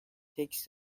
takes